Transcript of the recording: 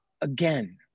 again